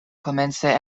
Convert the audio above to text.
komence